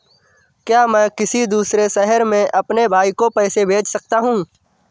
क्या मैं किसी दूसरे शहर में अपने भाई को पैसे भेज सकता हूँ?